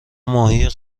ماهی